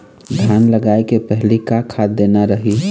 धान लगाय के पहली का खाद देना रही?